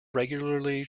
regularly